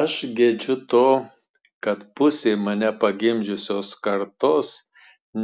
aš gedžiu to kad pusė mane pagimdžiusios kartos